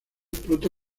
pronto